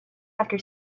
after